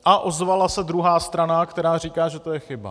A ozvala se druhá strana, která říká, že to je chyba.